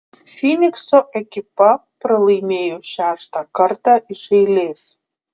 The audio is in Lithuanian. fynikso ekipa pralaimėjo šeštą kartą iš eilės